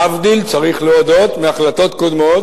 להבדיל, צריך להודות, מהחלטות קודמות,